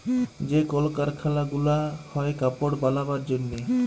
যে কল কারখালা গুলা হ্যয় কাপড় বালাবার জনহে